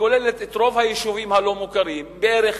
שכוללת את רוב היישובים הלא-מוכרים בערך